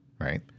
right